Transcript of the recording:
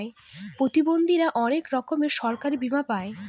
প্রতিবন্ধীরা অনেক রকমের সরকারি বীমা পাই